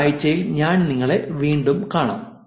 അടുത്ത ആഴ്ചയിൽ ഞാൻ നിങ്ങളെ വീണ്ടും കാണും